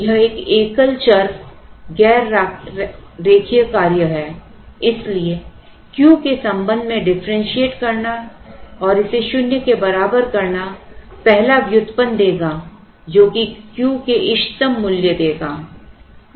यह एक एकल चर गैर रेखीय कार्य है इसलिए Q के संबंध में डिफरेंशिएट करना और इसे शून्य के बराबर करना पहला व्युत्पन्न देगा जो कि Q के इष्टतम मूल्य देगा